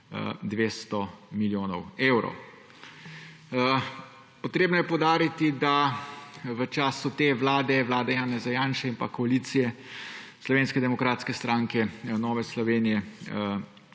200 milijonov evrov. Potrebno je poudariti, da v času te vlade, vlade Janeza Janše in pa koalicije Slovenske demokratske stranke, Nove Slovenije,